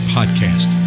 Podcast